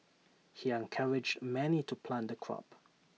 he encouraged many to plant the crop